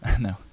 No